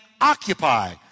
occupy